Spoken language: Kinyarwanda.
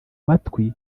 matwi